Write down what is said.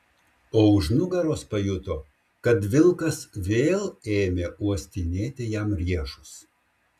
o už nugaros pajuto kad vilkas vėl ėmė uostinėti jam riešus